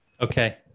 Okay